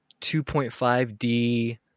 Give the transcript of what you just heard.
2.5D